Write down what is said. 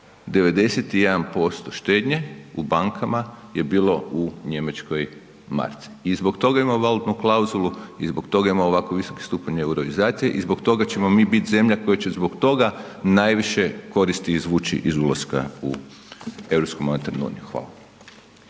91% štednje u bankama je bilo u njemačkoj marci. I zbog toga imamo valutnu klauzulu i zbog toga imamo ovako visoki stupanje euroizacije i zbog toga ćemo mi biti zemlja koja će zbog toga najviše koristi izvući iz ulaska u Europsku